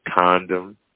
condom